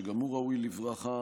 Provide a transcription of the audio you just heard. שגם הוא ראוי לברכה.